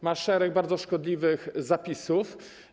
Ma szereg bardzo szkodliwych zapisów.